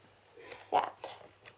ya